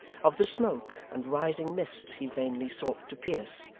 of the smoke and rising mist he vainly sought to pierce,